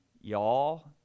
Y'all